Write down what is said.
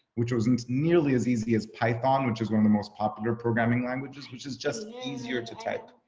which wasn't nearly as easy as python, which is one of the most popular programming languages, which is just easier to type.